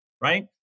right